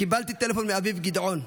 קיבלתי טלפון מאביו גדעון,